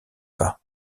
pas